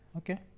okay